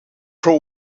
pro